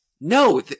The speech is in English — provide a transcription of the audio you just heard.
No